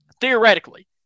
theoretically